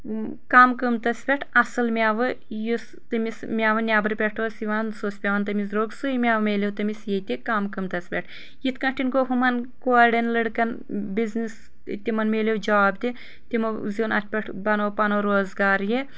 کم قۭمتس پٮ۪ٹھ اصل میوٕ یس تٔمِس میوٕ نٮ۪برٕ پٮ۪ٹھ اوس یِوان سُہ اوس پٮ۪وان تٔمِس درٛوگ سُے میوٕ مِلیو تٔمِس ییٚتہِ کم قۭمتس پٮ۪ٹھ یتھ کٲٹھۍ گوو ہُمن کورٮ۪ن لڑکن بزنس تمن میلیو جاب تہِ تمو زیوٗن اتھ پٮ۪ٹھ بنٲو پنُن روزگار یہِ